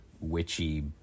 witchy